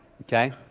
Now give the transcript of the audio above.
Okay